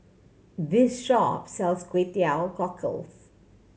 this shop sells Kway Teow Cockles